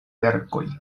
verkoj